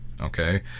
okay